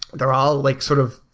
they're all like sort of,